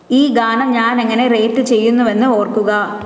ഈ ഗാനം ഞാൻ എങ്ങനെ റേറ്റ് ചെയ്യുന്നു എന്ന് ഓർക്കുക